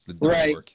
Right